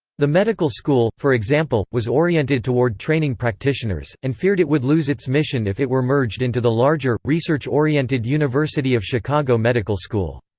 the medical school, for example, was oriented toward training practitioners, and feared it would lose its mission if it were merged into the larger, research-oriented university of chicago medical school.